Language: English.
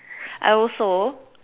I also